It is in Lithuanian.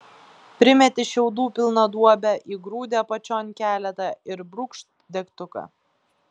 primeti šiaudų pilną duobę įgrūdi apačion keletą ir brūkšt degtuką